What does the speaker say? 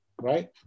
right